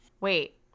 Wait